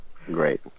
Great